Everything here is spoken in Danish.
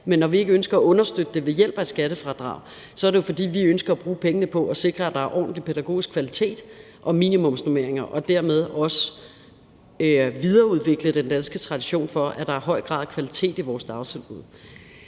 Men når vi ikke ønsker at understøtte det ved hjælp af et skattefradrag, er det jo, fordi vi ønsker at bruge pengene på at sikre, at der er ordentlig pædagogisk kvalitet og minimumsnormeringer, og dermed også videreudvikle den danske tradition for, at der er en høj grad af kvalitet i vores dagtilbud.